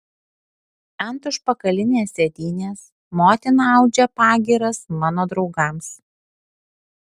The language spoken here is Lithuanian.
ant užpakalinės sėdynės motina audžia pagyras mano draugams